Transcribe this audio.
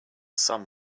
sun